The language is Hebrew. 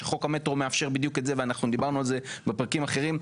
שחוק המטרו מאפשר בדיוק את זה ואנחנו דיברנו על זה בפרקים אחרים,